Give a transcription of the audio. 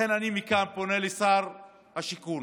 לכן אני מכאן פונה לשר השיכון.